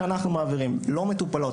גם הפניות שאנחנו מעבירים לא מטופלות,